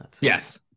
Yes